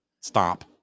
Stop